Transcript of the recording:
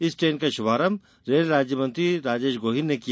इस ट्रेन का शुभारंभ रेल राज्य मंत्री राजेश गोहीन ने किया